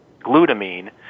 glutamine